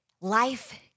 life